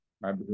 right